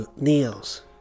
Kneels